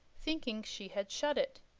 thinking she had shut it,